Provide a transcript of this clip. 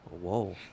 whoa